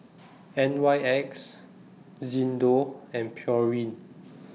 N Y X Xndo and Pureen